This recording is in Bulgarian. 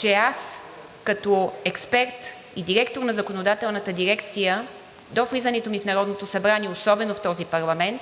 че аз като експерт и директор на Законодателната дирекция до влизането ми в Народното събрание, особено в този парламент,